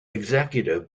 executive